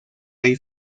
rey